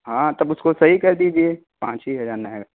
ہاں تب اس کو صحیح کر دیجیے پانچ ہی ہزار نا ہے